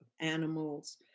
animals